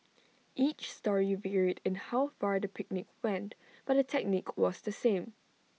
each story varied in how far the picnic went but the technique was the same